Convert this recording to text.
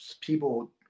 people